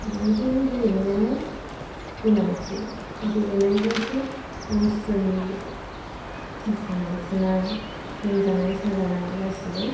बेनिखायनो गेलेनायानो गोनांथि गेलेनायजोंसो मानसिफोरनि सानाय सुनाय लोमजानाय साजानाय गासिबो